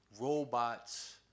robots